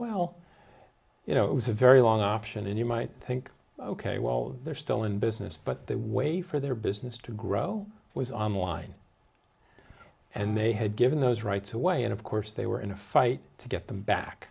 well you know it was a very long option and you might think ok well they're still in business but the way for their business to grow was online and they had given those rights away and of course they were in a fight to get them back